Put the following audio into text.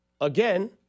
again